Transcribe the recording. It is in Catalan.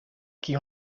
qui